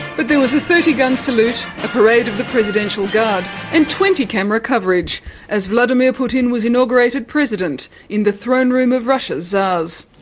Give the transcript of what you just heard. but there was a thirty gun salute, a parade of the presidential guard and twenty camera coverage as vladimir putin was inaugurated president in the throne room of russia's tsars.